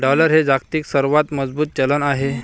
dollar हे जगातील सर्वात मजबूत चलन आहे